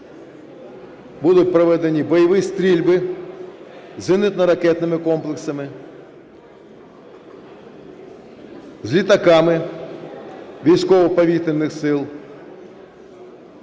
будуть проведені бойові стрільби зенітно-ракетними комплексами, з літаками військово-повітряних сил,